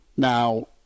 Now